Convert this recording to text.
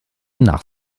nach